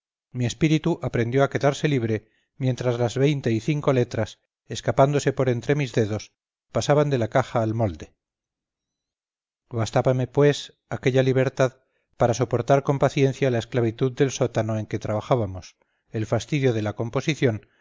mi espíritu aprendió a quedarse libre mientras las veinte y cinco letras escapándose por entre mis dedos pasaban de la caja al molde bastábame pues aquella libertad para soportar con paciencia la esclavitud del sótano en que trabajábamos el fastidio de la composición